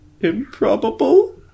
Improbable